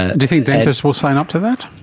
ah do you think dentists will sign up to that?